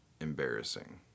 embarrassing